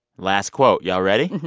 last quote y'all ready?